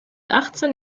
achtzehn